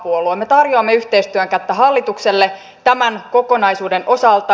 me tarjoamme yhteistyön kättä hallitukselle tämän kokonaisuuden osalta